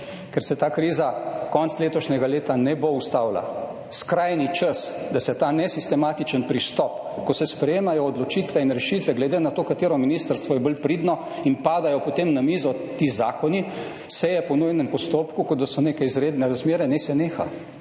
ker se ta kriza konec letošnjega leta ne bo ustavila, skrajni čas, da se ta nesistematičen pristop, ko se sprejemajo odločitve in rešitve glede na to, katero ministrstvo je bolj pridno in padajo potem na mizo ti zakoni, seje po nujnem postopku, kot da so neke izredne razmere, naj se neha.